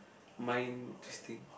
mind twisting